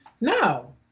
no